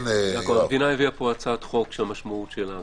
המדינה הביאה פה הצעת חוק שהמשמעות שלה,